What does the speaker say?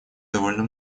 довольно